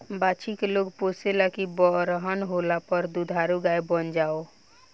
बाछी के लोग पोसे ले की बरहन होला पर दुधारू गाय बन जाओ